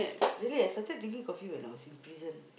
really eh I started drinking coffee when I was in prison